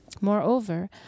Moreover